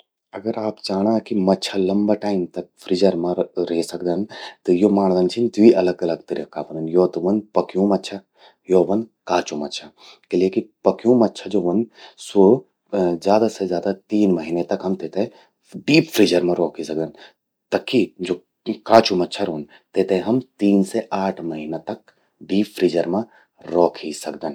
अगर आप चाणा कि मच्छा लंबा टाइम तक फ्रीजर मां रे सकदन त यो माणदन छिन द्वी अलग अलग तरीका व्हंदन। यो त पक्यूं मच्छा, यो व्हंद काचु मच्छा। किलेकि पक्यूं मच्छा ज्वो व्हंद तेते ज्यादा से ज्यादा तीन महीना तक हम तेते डीप फ्रीजर मां रौखी सकदन। तक्खी ज्वो काचु मच्छा रौंद, तेते हम तीन से आठ महीना तक डीप फ्रीजर मां रौखी सकदन।